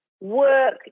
work